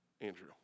Andrew